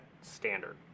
standard